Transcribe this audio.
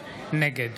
נגד